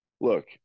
look